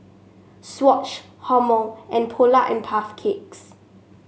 Swatch Hormel and Polar and Puff Cakes